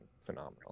phenomenal